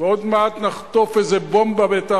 ועוד מעט נחטוף איזה בומבה בטח.